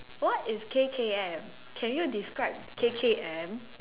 what is K_K_M can you describe K_K_M